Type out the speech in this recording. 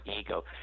ego